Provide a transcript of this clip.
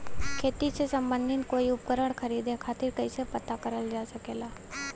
खेती से सम्बन्धित कोई उपकरण खरीदे खातीर कइसे पता करल जा सकेला?